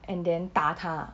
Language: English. and then 打他